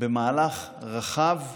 במהלך רחב,